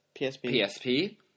PSP